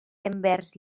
envers